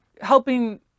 helping